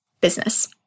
business